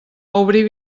obrir